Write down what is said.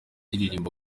uririmba